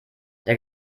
der